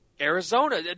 Arizona